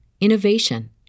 innovation